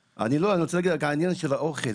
העניין של האוכל,